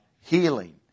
healing